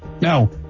no